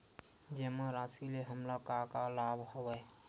जमा राशि ले हमला का का लाभ हवय?